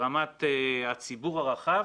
ברמת הציבור הרחב,